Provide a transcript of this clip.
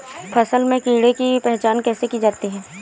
फसल में कीड़ों की पहचान कैसे की जाती है?